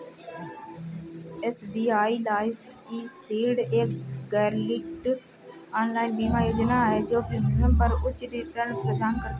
SBI life eShield एक गैरलिंक्ड online बीमा योजना है जो प्रीमियम पर उच्च रिटर्न प्रदान करती है